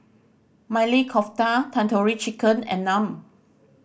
Maili Kofta Tandoori Chicken and Naan